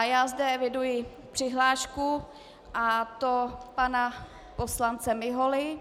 Já zde eviduji přihlášku, a to pana poslance Miholy.